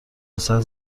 حسرت